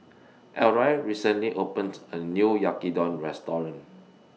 Elroy recently opened A New Yaki Udon Restaurant